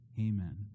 Amen